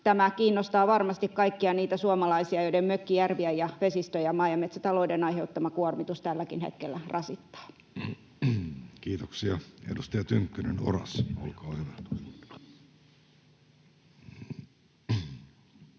Tämä kiinnostaa varmasti kaikkia niitä suomalaisia, joiden mökkijärviä ja -vesistöjä maa- ja metsätalouden aiheuttama kuormitus tälläkin hetkellä rasittaa. Kiitoksia. — Edustaja Tynkkynen, Oras, olkaa hyvä. Kiitos,